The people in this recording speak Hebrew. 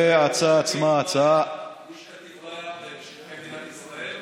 גוש קטיף לא היה בשטחי מדינת ישראל.